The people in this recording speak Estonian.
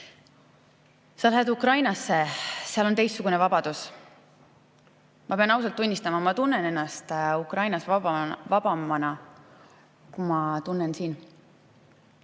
Sa lähed Ukrainasse, seal on teistsugune vabadus. Ma pean ausalt tunnistama, et ma tunnen ennast Ukrainas vabamana, kui ma tunnen siin.